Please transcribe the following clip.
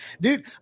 dude